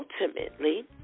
ultimately